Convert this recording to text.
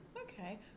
Okay